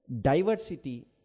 diversity